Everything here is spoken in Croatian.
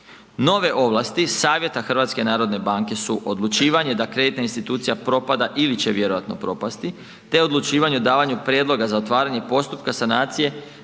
Nove ovlasti Savjeta HNB-a su odlučivanje da kreditna institucija propada ili će vjerovatno propasti te odlučivanje o davanju prijedloga za otvaranje postupka sanacije